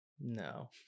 no